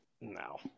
no